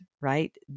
right